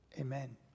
Amen